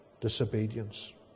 disobedience